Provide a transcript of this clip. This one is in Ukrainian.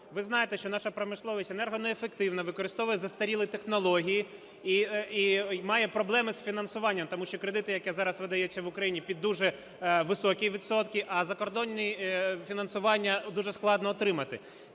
Ви знаєте, що наша промисловість енергонеефективна, використовує застарілі технології і має проблеми з фінансуванням. Тому що кредити, які зараз видаються в Україні під дуже високі відсотки, а закордонні фінансування дуже складно отримати.